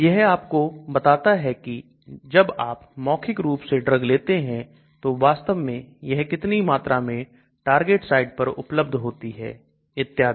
यह आपको बताता है कि जब आप मौखिक रूप से ड्रग लेते हैं तो वास्तव में यह कितनी मात्रा में टारगेट साइट पर उपलब्ध होता है इत्यादि